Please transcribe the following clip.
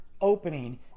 opening